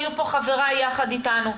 היו פה חבריי יחד איתנו,